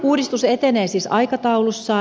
uudistus etenee siis aikataulussaan